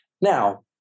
Now